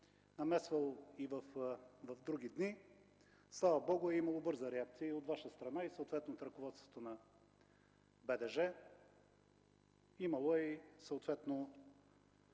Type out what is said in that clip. повод и по друго време. Слава Богу, имало е бърза реакция и от Ваша страна, и съответно от ръководството на БДЖ. Имало е и съответно